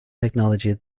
technology